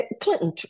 Clinton